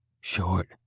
Short